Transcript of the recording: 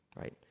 right